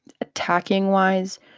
attacking-wise